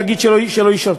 להגיד שלא ישרתו,